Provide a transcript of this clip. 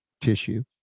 tissue